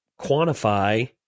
quantify